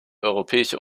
europäische